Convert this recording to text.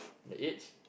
the age